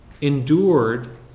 endured